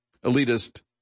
elitist